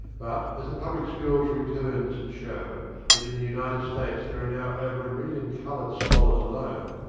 but, as the public schools returns show that in the united states there are now over a million coloured scholars alone,